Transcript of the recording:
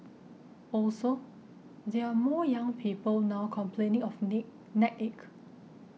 also there are more young people now complaining of nick neck ache